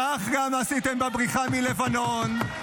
כך גם עשיתם בבריחה מלבנון,